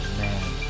man